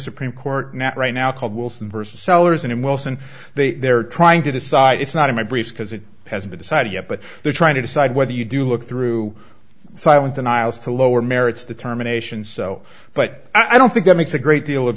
supreme court not right now called wilson versus sellers and wilson they are trying to decide it's not in my briefs because it has been decided yet but they're trying to decide whether you do look through silent denials to lower merits determination so but i don't think it makes a great deal of